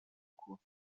cours